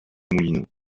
moulineaux